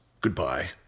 Goodbye